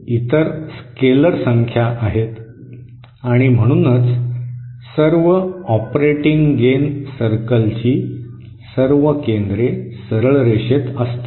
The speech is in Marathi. इतर अदिष संख्या आहेत आणि म्हणूनच सर्व ऑपरेटिंग गेन सर्कलची सर्व केंद्रे सरळ रेषेत असतील